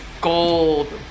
gold